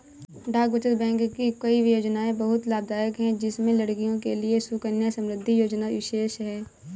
डाक बचत बैंक की कई योजनायें बहुत लाभदायक है जिसमें लड़कियों के लिए सुकन्या समृद्धि योजना विशेष है